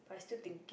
I still thinking